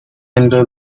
into